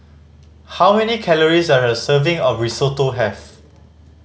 how many calories does a serving of Risotto have